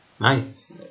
Nice